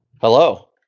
hello